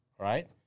right